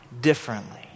differently